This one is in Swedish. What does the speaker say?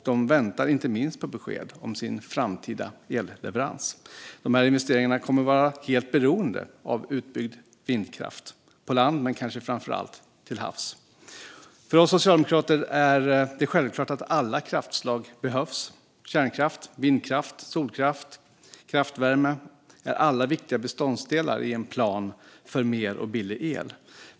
De väntar inte minst på besked om sin framtida elleverans. Investeringarna kommer att vara helt beroende av utbyggd vindkraft på land men kanske framför allt till havs. För oss socialdemokrater är det självklart att alla kraftslag behövs. Kärnkraft, vindkraft, solkraft och kraftvärme är alla viktiga beståndsdelar i en plan för mer och billig el.